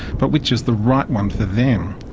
but which is the right one for them?